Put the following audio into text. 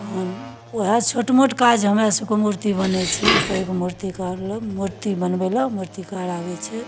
तहन वएह छोट मोट काज हमरा सबके मूर्ति बनै छी पैघ मूर्तिकार लग मूर्ति बनबै लऽ मूर्तिकार आबै छै